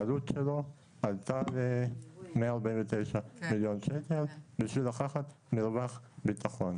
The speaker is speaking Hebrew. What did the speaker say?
העלות שלו עלתה ל-149 מיליון שקל בשביל לקחת מרווח ביטחון.